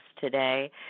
today